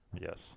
Yes